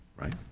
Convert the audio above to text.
right